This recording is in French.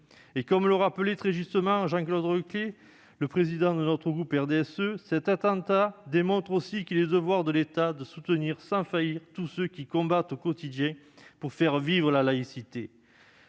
Comme le rappelait très justement Jean-Claude Requier, le président de notre groupe, cet attentat démontre aussi qu'il est du devoir de l'État de soutenir sans faillir tous ceux qui combattent au quotidien pour faire vivre la laïcité.